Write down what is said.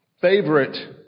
favorite